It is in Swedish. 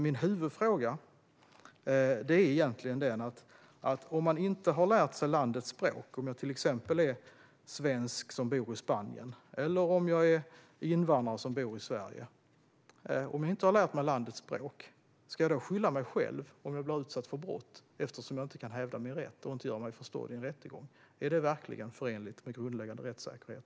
Min huvudfråga är: Om man inte har lärt sig landets språk och till exempel är en svensk som bor i Spanien eller en invandrare som bor i Sverige, får man då skylla sig själv om man blir utsatt för brott och inte kan hävda sin rätt eller göra sig förstådd i en rättegång? Är denna hållning verkligen förenlig med grundläggande rättssäkerhet?